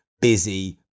busy